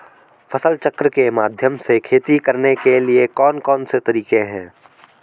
फसल चक्र के माध्यम से खेती करने के लिए कौन कौन से तरीके हैं?